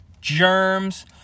germs